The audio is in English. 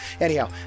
anyhow